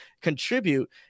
contribute